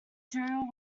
tyrrell